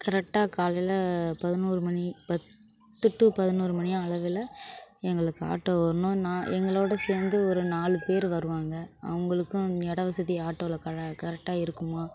கரெக்டாக காலையில் பதினோரு மணி பத்து டூ பதினோரு மணி அளவில் எங்களுக்கு ஆட்டோ வரணும் நான் எங்களோடய சேர்ந்து ஒரு நாலு பேர் வருவாங்கள் அவங்களுக்கும் இடம் வசதி ஆட்டோவில கரெ கரெக்டாக இருக்குமா